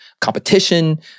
competition